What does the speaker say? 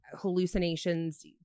hallucinations